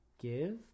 give